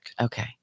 okay